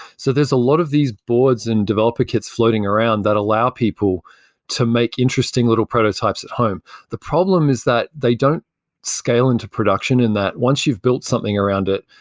so there's a lot of these boards and developer kits floating around that allow people to make interesting little prototypes at home the problem is that they don't scale into production in that once you've built something around it,